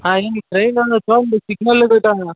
ఆ ఎన్ని ట్రైన్లలో సౌండ్ సిగ్నల్ లో పెట్టనా